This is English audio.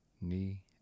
knee